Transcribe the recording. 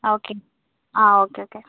okay ആ okay okay